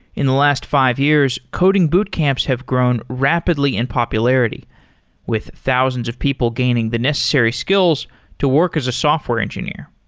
in the last five years, coding boot camps have grown rapidly in popularity with thousands of people gaining the necessary skills to work as a software engineer.